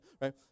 right